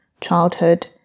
childhood